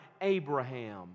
Abraham